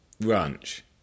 Ranch